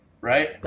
right